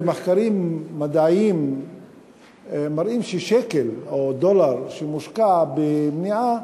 מחקרים מדעיים מראים ששקל או דולר שמושקע במניעה,